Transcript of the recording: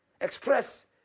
express